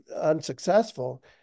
unsuccessful